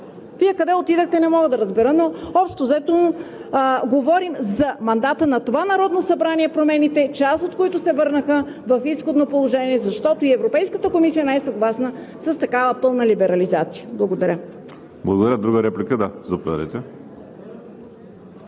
Вие къде отидохте не мога да разбера, но общо взето, говорим за мандата на това Народно събрание, за промените, част от които се върнаха в изходно положение, защото и Европейската комисия не е съгласна с такава пълна либерализация. Благодаря. ПРЕДСЕДАТЕЛ ВАЛЕРИ СИМЕОНОВ: Благодаря. Друга реплика? Да, заповядайте.